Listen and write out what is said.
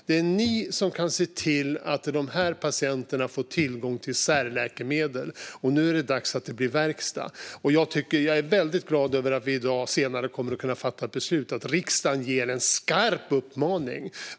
Det är ni som kan se till att de här patienterna får tillgång till särläkemedel, Mikael Dahlqvist. Jag är väldigt glad över att vi senare i dag kommer att kunna fatta beslut om att riksdagen riktar en skarp uppmaning om detta.